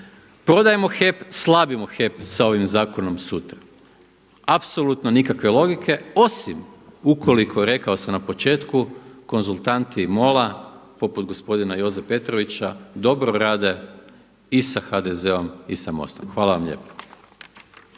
prodajemo HEP slabimo HEP sa ovim zakonom sutra. Apsolutno nikakve logike osim ukoliko rekao sam na početku konzultanti MOL-a poput gospodine Joze Petrovića dobro rade i sa HDZ-om i sa MOST-om. Hvala vam lijepo.